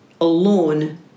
alone